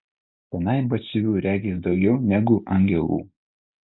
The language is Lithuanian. tenai batsiuvių regis daugiau negu angelų